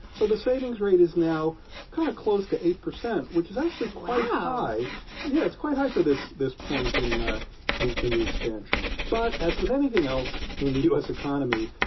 so the savings rate is now kind of close to eight percent, which is actually. wow. quite high yeah, it's quite high for this this point in the in the expansion. but as with anything else in the u s. economy,